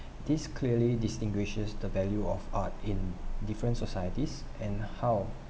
this clearly distinguishes the value of art in different societies and how